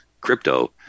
crypto